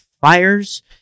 fires